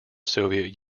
soviet